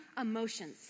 emotions